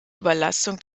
überlastung